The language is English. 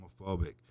homophobic